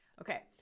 Okay